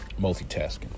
Multitasking